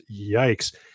yikes